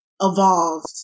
evolved